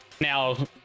now